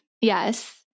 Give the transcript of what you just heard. Yes